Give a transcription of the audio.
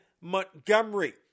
Montgomery